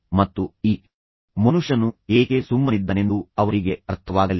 ಮತ್ತು ಈ ಮನುಷ್ಯನು ಏಕೆ ಸುಮ್ಮನಿದ್ದಾನೆಂದು ಅವರಿಗೆ ಅರ್ಥವಾಗಲಿಲ್ಲ